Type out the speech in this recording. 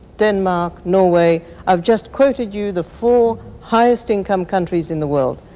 denmark, norway i've just quoted you the four highest-income countries in the world.